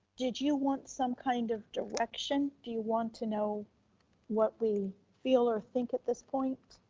did you want some kind of direction? do you want to know what we feel or think at this point?